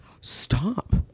Stop